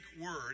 word